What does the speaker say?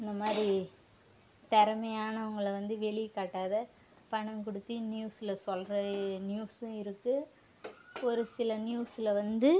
இந்த மாதிரி திறமையானவங்கள வந்து வெளிய காட்டாம பணம் கொடுத்தி நியூஸில் சொல்கிற நியூஸ்ஸும் இருக்குது ஒரு சில நியூஸில் வந்து